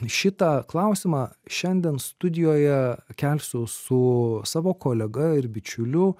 šitą klausimą šiandien studijoje kelsiu su savo kolega ir bičiuliu